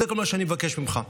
זה כל מה שאני מבקש ממך,